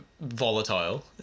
volatile